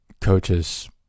coaches